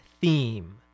theme